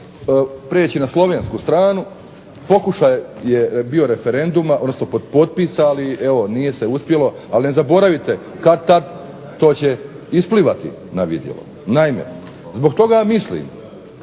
preći na slovensku stranu. Pokušaj je bio referenduma, odnosno potpis, ali evo nije se uspjelo. Ali ne zaboravite, kad-tad to će isplivati na vidjelo. Naime, zbog toga mislim